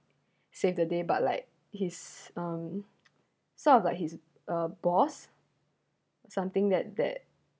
save the day but like his um sort of like his uh boss something that that